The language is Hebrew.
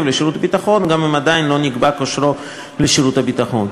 לשירות ביטחון גם אם עדיין לא נקבע כושרו לשירות ביטחון.